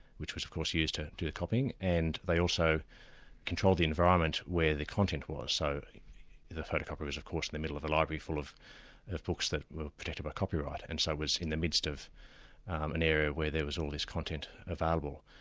which was of course used to do the copying and they also controlled the environment where the content was. so the the photocopier was of course in the middle of a library full of of books that were protected by copyright, and so was in the midst of an area where there was all this content available.